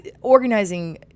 organizing